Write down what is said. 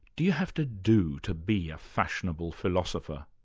do you have to do to be a fashionable philosopher?